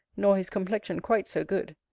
nor his complexion quite so good,